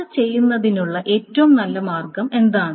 അത് ചെയ്യുന്നതിനുള്ള ഏറ്റവും നല്ല മാർഗം എന്താണ്